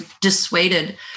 dissuaded